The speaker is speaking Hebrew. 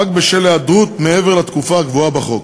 בשל היעדרות מעבר לתקופה הקבועה בחוק